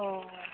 औ